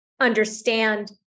understand